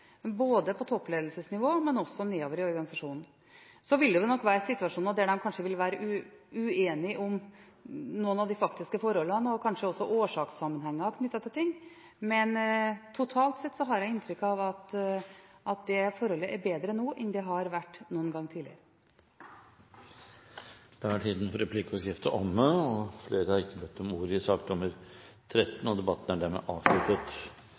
men totalt sett har jeg inntrykk av at det forholdet er bedre nå enn det har vært noen gang tidligere. Replikkordskiftet er omme. Flere har ikke bedt om ordet til sak